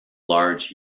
large